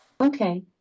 Okay